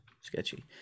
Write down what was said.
sketchy